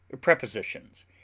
Prepositions